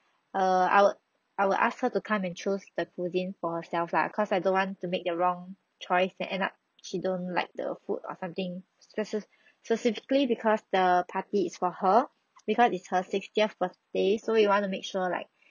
err I will I will ask her to come and choose the cuisine for herself lah cause I don't want to make the wrong choice and end up she don't like the food or something speci~ specifically because the party is for her because it's her sixtieth birthday so we want to make sure like